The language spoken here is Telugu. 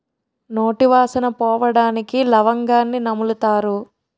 నోటి వాసన పోవడానికి లవంగాన్ని నములుతారు